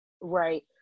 right